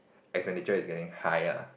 expenditure is getting high ah